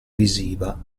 visiva